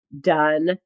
done